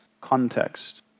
context